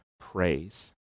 praise